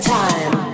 time